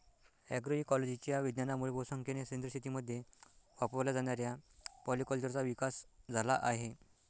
अग्रोइकोलॉजीच्या विज्ञानामुळे बहुसंख्येने सेंद्रिय शेतीमध्ये वापरल्या जाणाऱ्या पॉलीकल्चरचा विकास झाला आहे